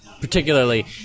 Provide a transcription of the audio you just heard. Particularly